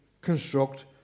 construct